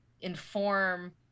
inform